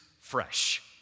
fresh